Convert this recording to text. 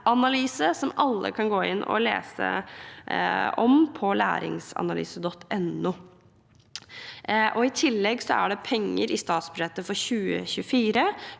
læringsanalyse, som alle kan gå inn og lese om på laringsanalyse.no. I tillegg er det penger i statsbudsjettet for 2024